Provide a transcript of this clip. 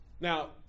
Now